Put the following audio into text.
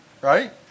right